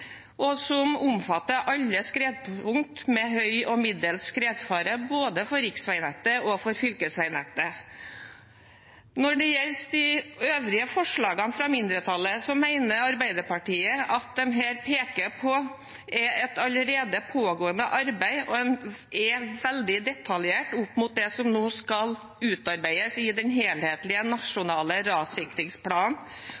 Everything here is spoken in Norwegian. og som omfatter alle skredpunkt med høy og middels skredfare både for riksveinettet og for fylkesveinettet. Når det gjelder de øvrige forslagene fra mindretallet, mener Arbeiderpartiet at det de peker på, er et allerede pågående arbeid. De er veldig detaljerte opp mot det som nå skal utarbeides i den helhetlige